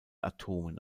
atomen